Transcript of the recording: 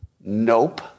Nope